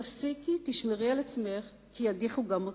תפסיקי, תשמרי על עצמך, כי ידיחו גם אותך.